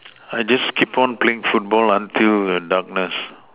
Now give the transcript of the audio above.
I just keep on playing football until darkness